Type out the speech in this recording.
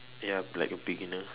ya but like beginners